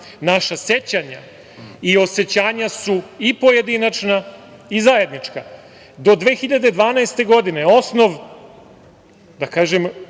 Naša sećanja i osećanja su i pojedinačna i zajednička. Do 2012. godine osnov da kažem